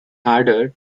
harder